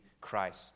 Christ